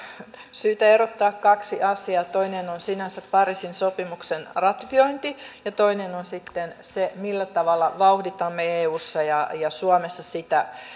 syytä erottaa kaksi asiaa toinen on sinänsä pariisin sopimuksen ratifiointi ja toinen on sitten se millä tavalla vauhditamme eussa ja suomessa sitä